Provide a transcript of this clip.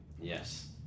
Yes